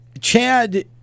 Chad